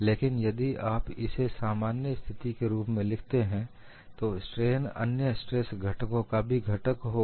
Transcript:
लेकिन यदि आप इसे एक सामान्य स्थिति के रूप में लिखते हैं तो स्ट्रेन अन्य स्ट्रेस घटकों का भी घटक होगा